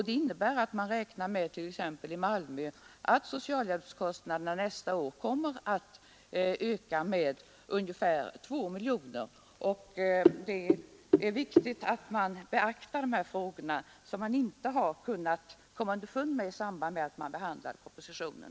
Det innebär att man t.ex. i Malmö räknar med att socialhjälpskostnaderna nästa år kommer att öka med ungefär 2 miljoner kronor. Det är viktigt att vi beaktar dessa frågor, vilka man inte kunnat komma underfund med vid behandlingen av propositionen.